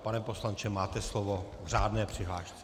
Pane poslanče, máte slovo k řádné přihlášce.